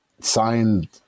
signed